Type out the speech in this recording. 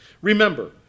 remember